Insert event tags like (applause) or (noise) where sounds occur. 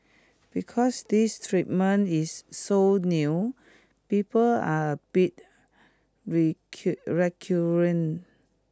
because this treatment is so new people are a bit (unintelligible)